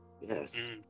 Yes